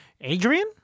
Adrian